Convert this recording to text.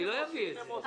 אני לא אביא את זה.